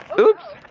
oops.